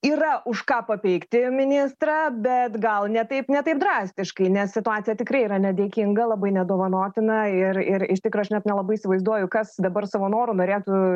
yra už ką papeikti ministrą bet gal ne taip ne taip drastiškai nes situacija tikrai yra nedėkinga labai nedovanotina ir ir iš tikro aš net nelabai įsivaizduoju kas dabar savo noru norėtų